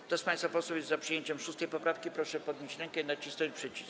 Kto z państwa posłów jest za przyjęciem 6. poprawki, proszę podnieść rękę i nacisnąć przycisk.